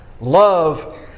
Love